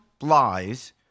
lies